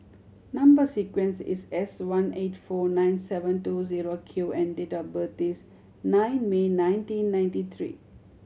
number sequence is S one eight four nine seven two zero Q and date of birth is nine May nineteen ninety three